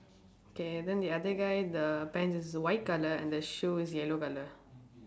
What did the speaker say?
K then the other guy the pants is white colour and the shoe is yellow colour